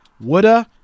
woulda